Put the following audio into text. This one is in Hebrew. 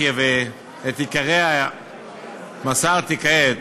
יחיא ואת עיקריה מסרתי כעת,